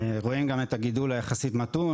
רואים גם את הגידול היחסית מתון,